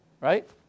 Right